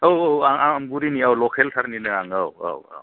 औ औ आं आमगुरिनि औ लकेल थारनिनो आं औ औ औ